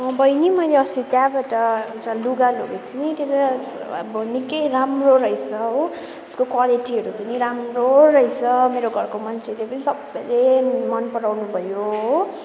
बहिनी मैले अस्ति त्यहाँबाट एउटा लुगा लगेको थिएँ नि त्यो त अब निक्कै राम्रो रहेछ हो त्यसको क्वालिटीहरू पनि राम्रो रहेछ मेरो घरको मान्छेले पनि सबैले मन पराउनु भयो हो